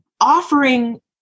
offering